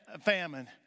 Famine